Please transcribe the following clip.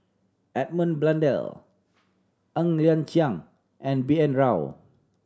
Edmund Blundell Ng Liang Chiang and B N Rao